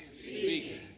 speaking